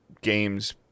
games